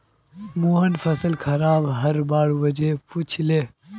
मोहन फसल खराब हबार वजह पुछले